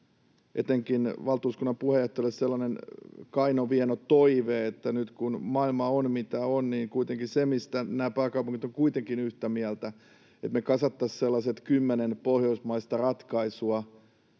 etenkin valtuuskunnan puheenjohtajalle sellainen kaino, vieno toive, että nyt, kun maailma on mitä on, niin kuitenkin siitä nämä pääkaupungit ovat kuitenkin yhtä mieltä, että me kasattaisiin sellaiset kymmenen pohjoismaista ratkaisua